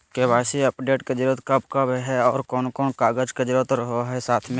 KYC update के जरूरत कब कब है और कौन कौन कागज के जरूरत रहो है साथ में?